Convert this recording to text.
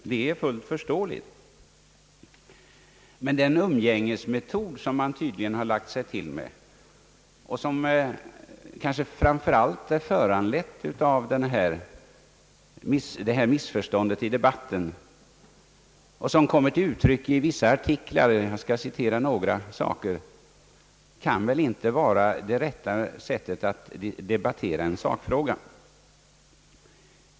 Det är fullt förståeligt. Men den umgängesmetod som man tydligen har lagt sig till med och som tydligen framför allt är föranledd av detta missförstånd i debatten kan väl inte, sådan den kommit till uttryck i vissa artiklar, vara rätta sättet att debattera en sakfråga.